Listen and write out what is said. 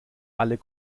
alle